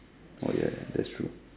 oh ya that's true